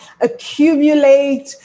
accumulate